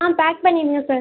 ஆ pack பண்ணிவிடுங்க sir